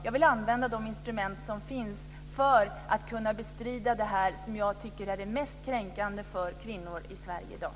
Jag vill använda de instrument som finns för att kunna bestrida det som jag tycker är det mest kränkande för kvinnor i Sverige i dag.